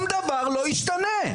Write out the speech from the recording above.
שלוש,